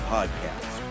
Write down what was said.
Podcast